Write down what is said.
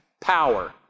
power